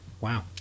Wow